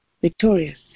victorious